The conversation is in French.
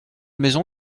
maison